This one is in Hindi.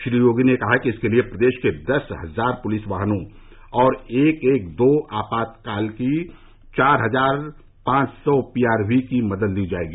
श्री योगी ने कहा कि इसके लिए प्रदेश के दस हजार पुलिस वाहनों और एक एक दो आपात सेवा की चार हजार पांच सौ पीआरवी की मदद ली जाएगी